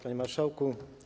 Panie Marszałku!